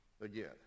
again